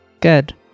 Good